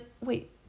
wait